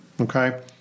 Okay